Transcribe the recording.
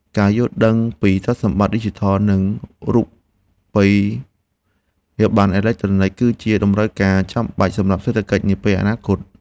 ការយល់ដឹងពីទ្រព្យសម្បត្តិឌីជីថល និងរូបិយប័ណ្ណអេឡិចត្រូនិច គឺជាតម្រូវការចាំបាច់សម្រាប់សេដ្ឋកិច្ចនាពេលអនាគត។